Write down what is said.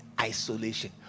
isolation